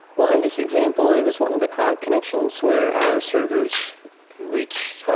well, in this example, it was one of the cloud connections where our servers reached,